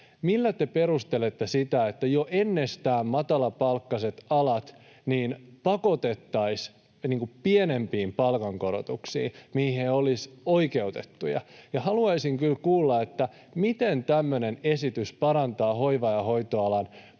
Millä te perustelette sitä, että jo ennestään matalapalkkaiset alat pakotettaisiin pienempiin palkankorotuksiin kuin mihin he olisivat oikeutettuja? Haluaisin kyllä kuulla, miten tämmöinen esitys parantaa hoiva- ja hoitoalan